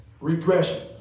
regression